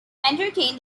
entertain